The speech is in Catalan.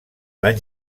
l’any